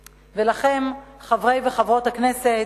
ולכם, חברי וחברות הכנסת,